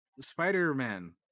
Spider-Man